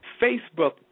Facebook